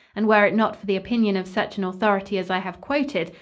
and were it not for the opinion of such an authority as i have quoted,